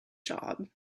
job